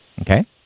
Okay